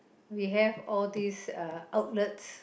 we have all these ah outlets